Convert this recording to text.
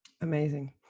Amazing